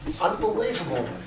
Unbelievable